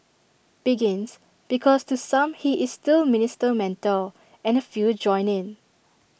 begins because to some he is still minister mentor and A few join in